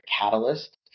catalyst